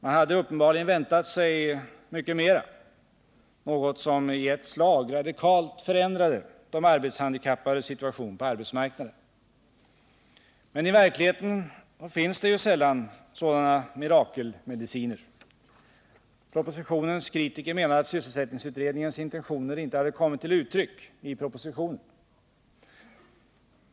Man hade uppenbarligen väntat sig mycket mera — något som i ett slag radikalt förändrade de arbetshandikappades situation på arbetsmarknaden. Men i verkligheten finns det ju sällan sådana mirakelmediciner. Propositionens kritiker menade att sysselsättningsutredningens intentioner inte hade kommit till uttryck i propositionen.